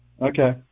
Okay